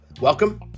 Welcome